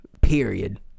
Period